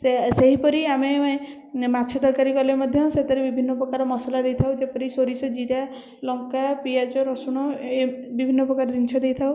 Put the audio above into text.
ସେ ସେହିପରି ଆମେ ମାଛ ତରକାରୀ କଲେ ମଧ୍ୟ ସେଥିରେ ବିଭିନ୍ନ ପ୍ରକାର ମସଲା ଦେଇଥାଉ ଯେପରି ସୋରିଷ ଜିରା ଲଙ୍କା ପିଆଜ ରସୁଣ ଏହି ବିଭିନ୍ନ ପ୍ରକାର ଜିନିଷ ଦେଇଥାଉ